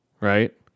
Right